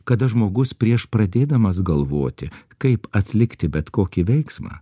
kada žmogus prieš pradėdamas galvoti kaip atlikti bet kokį veiksmą